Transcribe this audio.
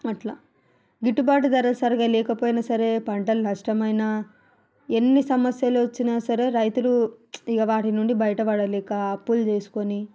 అట్లా గిట్టుబాటు ధర సరిగా లేకపోయినా సరే పంటలు నష్టమైన ఎన్ని సమస్యలు వచ్చినా సరే రైతులు ఇంక వాటి నుంచి బయటపడలేక అప్పులు చేసుకుని